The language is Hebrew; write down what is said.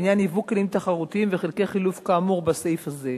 בעניין ייבוא כלים תחרותיים וחלקי חילוף כאמור בסעיף הזה,